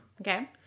Okay